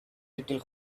little